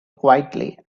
quietly